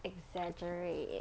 exaggerate